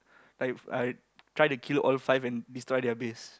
like I try to kill all five and destroy their base